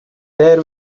there